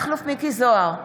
מכלוף מיקי זוהר,